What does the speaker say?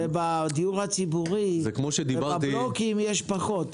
בדיור הציבורי ובבלוקים יש פחות.